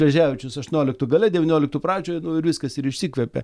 šleževičius aštuonioliktų gale devynioliktų pradžioj nu ir viskas ir išsikvepia